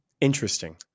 Interesting